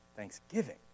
Thanksgiving